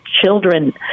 children